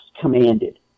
commanded